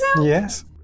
Yes